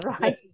right